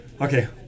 Okay